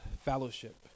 fellowship